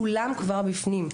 כבר בפנים.